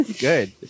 good